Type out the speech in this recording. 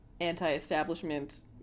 anti-establishment